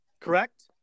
correct